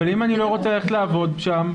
אבל אם אני לא רוצה ללכת לעבוד שם,